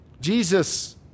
Jesus